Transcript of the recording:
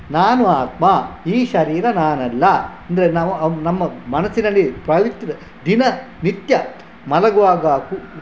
ನಾನು ಆತ್ಮ ಈ ಶರೀರ ನಾನಲ್ಲ ಎಂದ್ರೆ ನಾವು ನಮ್ಮ ಮನಸ್ಸಿನಲ್ಲಿ ಪವಿತ್ರ ದಿನ ನಿತ್ಯ ಮಲಗುವಾಗ ಕು